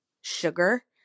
sugar